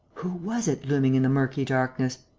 who was it looming in the murky darkness?